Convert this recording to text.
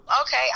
okay